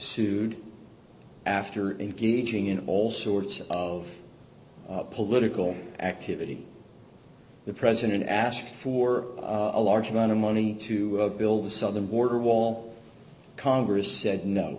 sued after engaging in all sorts of political activity the president asked for a large amount of money to build the southern border wall congress said no